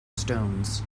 stones